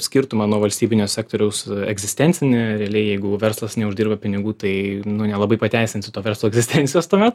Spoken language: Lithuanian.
skirtumą nuo valstybinio sektoriaus egzistencinį realiai jeigu verslas neuždirba pinigų tai nelabai pateisinsi to verslo egzistencijos tuomet